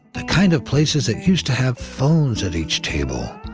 the kind of places that used to have phones at each table,